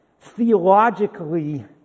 theologically